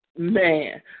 Man